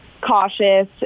cautious